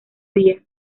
día